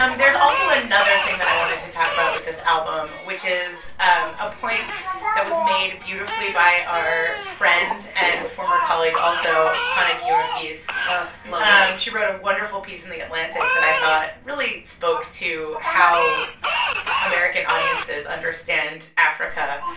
um there's also another thing that i wanted to talk about with this album, which is um a point that was made beautifully by our friend and former colleague also, hannah giorgis love her um she wrote a wonderful piece in the atlantic that i thought really spoke to how american audiences understand africa.